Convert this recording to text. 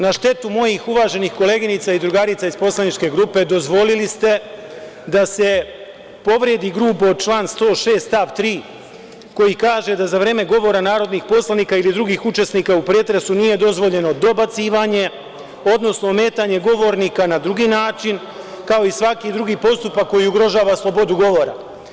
Na štetu mojih uvaženih koleginica i drugarica iz poslaničke grupe, dozvolili ste da se povredi grubo član 106. stav 3. koji kaže da za vreme govora narodnih poslanika ili drugih učesnika u pretresu nije dozvoljeno dobacivanje, odnosno ometanje govornika na drugi način, kao i svaki drugi postupak koji ugrožava slobodu govora.